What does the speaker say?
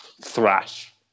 thrash